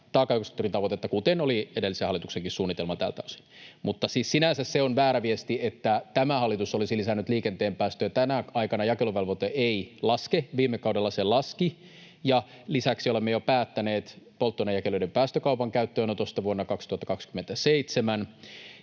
taakanjakosektorin tavoitetta, kuten oli edellisenkin hallituksen suunnitelma tältä osin. Mutta siis sinänsä se on väärä viesti, että tämä hallitus olisi lisännyt liikenteen päästöjä. Tänä aikana jakeluvelvoite ei laske, viime kaudella se laski. Lisäksi olemme jo päättäneet polttoainejakeluiden päästökaupan käyttöönotosta vuonna 2027